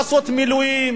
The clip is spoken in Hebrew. לעשות מילואים,